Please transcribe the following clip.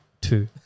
two